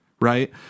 right